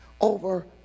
over